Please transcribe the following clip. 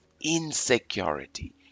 insecurity